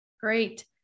Great